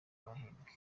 bahembwe